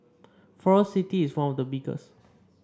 Forest City is one of the biggest